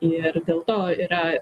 ir dėl to yra